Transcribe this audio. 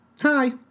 Hi